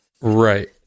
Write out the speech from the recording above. Right